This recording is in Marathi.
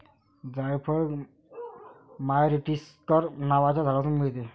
जायफळ मायरीस्टीकर नावाच्या झाडापासून मिळते